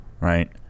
right